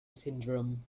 syndrome